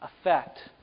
effect